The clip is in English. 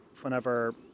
whenever